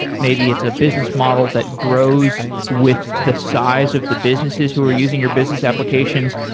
maybe it's a business model that grows with the size of the businesses who are using your business applications.